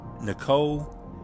Nicole